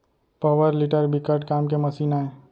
power tiller बिकट काम के मसीन आय